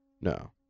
no